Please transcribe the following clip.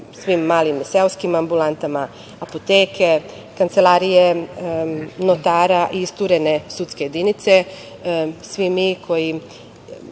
svim malim seoskim ambulantama, apoteke, kancelarije notara i isturene sudske jedinice. Svi mi